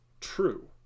true